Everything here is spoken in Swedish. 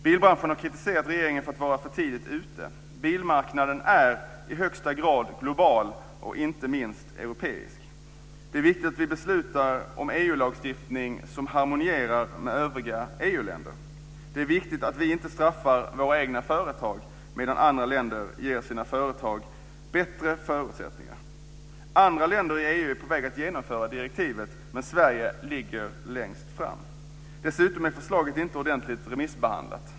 Bilbranschen har kritiserat regeringen för att vara för tidigt ute. Bilmarknaden är i högsta grad global och inte minst europeisk. Det är viktigt att vi beslutar om en EU-lagstiftning som harmonierar med övriga EU-länder. Det är viktigt att vi inte straffar våra egna företag medan andra länder ger sin företag bättre förutsättningar. Andra länder i EU är på väg att genomföra direktivet, men Sverige ligger längst fram. Dessutom är förslaget inte ordentligt remissbehandlat.